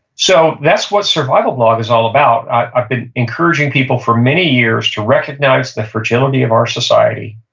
so that's what survival blog is all about. i've been encouraging people for many years to recognize the fragility of our society,